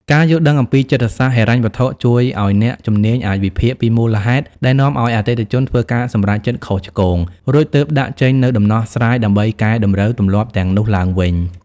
ការយល់ដឹងអំពីចិត្តសាស្ត្រហិរញ្ញវត្ថុជួយឱ្យអ្នកជំនាញអាចវិភាគពីមូលហេតុដែលនាំឱ្យអតិថិជនធ្វើការសម្រេចចិត្តខុសឆ្គង រួចទើបដាក់ចេញនូវដំណោះស្រាយដើម្បីកែតម្រូវទម្លាប់ទាំងនោះឡើងវិញ។